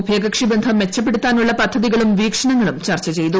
ഉഭയകക്ഷി ബന്ധം മെച്ചപ്പെടുത്താനുള്ള പദ്ധതികളും വീക്ഷണങ്ങളും ചർച്ചചെയ്തു